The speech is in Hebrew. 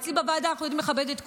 אצלי בוועדה אנחנו יודעים לכבד את כולם.